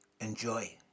Enjoy